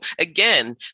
again